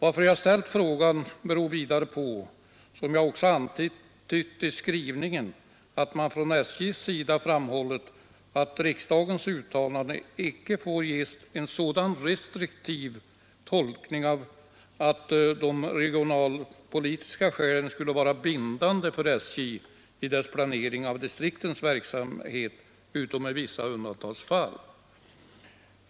Att jag ställt frågan beror på — som jag också antytt i skrivningen — att man från SJ:s sida framhållit, att riksdagens uttalande inte får ges en sådan restriktiv tolkning att regionalpolitiska skäl skulle vara bindande för SJ i dess planering av distriktens verksamhet, utom i vissa undantagsfall.